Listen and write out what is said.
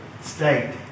state